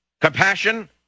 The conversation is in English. compassion